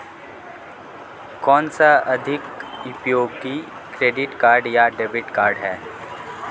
कौनसा अधिक उपयोगी क्रेडिट कार्ड या डेबिट कार्ड है?